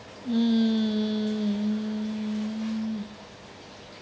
um